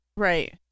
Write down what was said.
Right